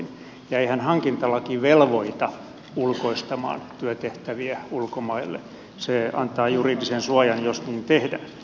eihän hankintalaki velvoita ulkoistamaan työtehtäviä ulkomaille se antaa juridisen suojan jos niin tehdään